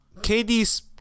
KD's